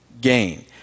gain